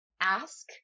ask